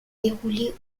déroulée